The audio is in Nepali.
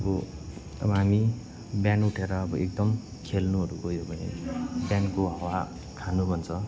अब अब हामी बिहान उठेर अब एकदम खेल्नुहरू गयो भने बिहानको हावा खानु भन्छ